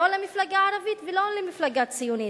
לא למפלגה הערבית ולא למפלגה הציונית,